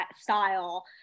style